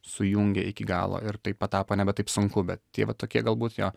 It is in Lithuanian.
sujungė iki galo ir tai patapo nebe taip sunku bet tie va tokie galbūt jo